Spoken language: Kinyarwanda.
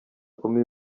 kumi